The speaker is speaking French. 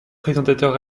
présentateur